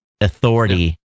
authority